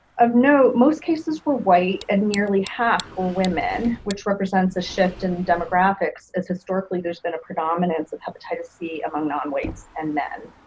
of note, most cases were white and nearly half were women, which represents a shift in demographics as historically there's been a predominance of hepatitis c among non-whites and men.